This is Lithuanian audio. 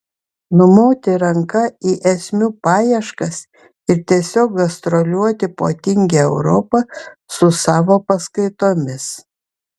numoti ranka į esmių paieškas ir tiesiog gastroliuoti po tingią europą su savo paskaitomis